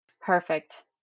Perfect